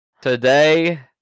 today